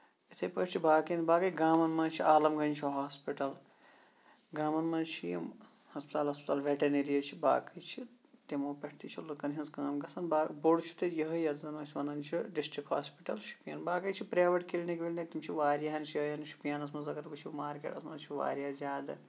أتھٕے پٲٹھۍ چھِ باقین باقی گامَن منٛز چھِ عالم گنٛج چھُ ہوسپِٹل گامَن منٛز چھِ یِم ہسپَتال وَسپَتال ویٹنریٖز چھِ یِم باقی چھِ تِمو پٮ۪ٹھ تہِ چہِ لُکن ہنز کٲم گژھان باقی بوٚڑ چھُ تَتہِ یِہوے یَتھ زَن أسۍ ونن چہِ ڈِسٹک ہوسُٹل شُپین باقی چھِ پریویٹ کلنِک ولنِک تِم چھِ واریاہن جاین نِش شُپینَس منٛز اَگر وٕچھو مارکیٹس منٛز چھُ واریاہ زیادٕ